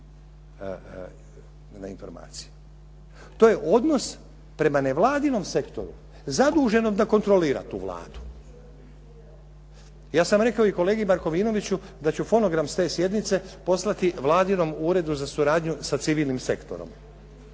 na informacije. To je odnos prema nevladinom sektoru, zaduženom da kontrolira tu Vladu. Ja sam rekao i kolegi Markovinoviću da ću fonogram s te sjednice poslati vladinom Uredu za suradnju sa civilnim sektorom